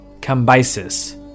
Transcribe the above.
Cambyses